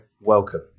Welcome